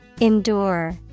Endure